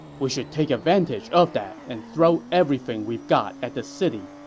we should take advantage of that and throw everything we've got at the city.